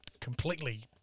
completely